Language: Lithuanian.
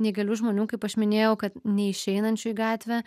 neįgalių žmonių kaip aš minėjau kad neišeinančių į gatvę